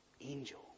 angel